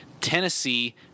Tennessee